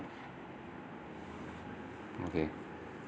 okay